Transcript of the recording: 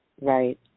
Right